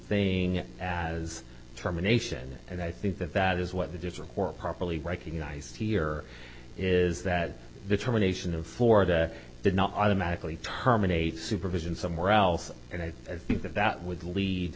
thing as terminations and i think that that is what that is or properly recognized here is that the termination of florida did not automatically terminate supervision somewhere else and i think that that would lead